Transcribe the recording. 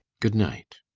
good night.